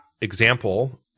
example